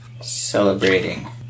celebrating